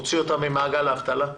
להוציא אותם ממעגל האבטלה.